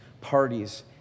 parties